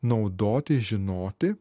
naudoti žinoti